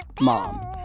mom